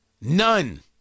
none